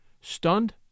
stunned